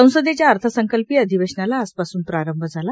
संसदेच्या अर्थसंकल्पीय अधिवेशनाला आजपासून प्रारंभ झाला